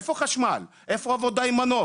איפה חשמל, איפה עבודה עם מנוף,